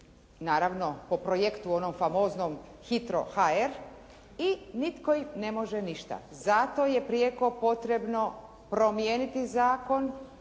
naravno po projektu onom famoznom HITRO.HR i nitko im ne može ništa. Zato je prijeko potrebno promijeniti zakon